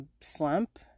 slump